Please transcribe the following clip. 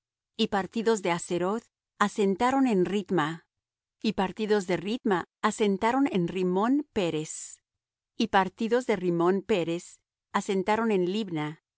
y partidos de haseroth asentaron en ritma y partidos de ritma asentaron en rimmón peres y partidos de rimmón peres asentaron en libna